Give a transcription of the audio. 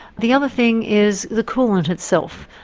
the other thing is the coolant itself.